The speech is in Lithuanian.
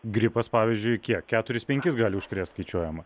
gripas pavyzdžiui kiek keturis penkis gali užkrėst skaičiuojama